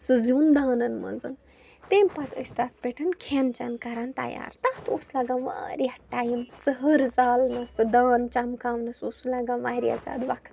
سُہ زیُن دانَن منٛز تٔمۍ پَتہٕ ٲسۍ تَتھ پٮ۪ٹھ کھٮ۪ن چٮ۪ن کَران تیار تَتھ اوس لَگان واریاہ ٹایِم سُہ ہٕرٕ زالنَس سُہ دان چَمکاونَس اوس سُہ لَگان واریاہ زیادٕ وقت